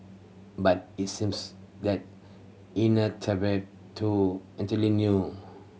but it seems that entirely new